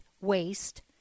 waste